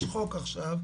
יש חוק עכשיו,